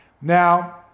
Now